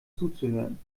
zuzuhören